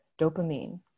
dopamine